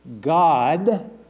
God